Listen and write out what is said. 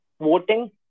voting